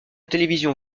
télévision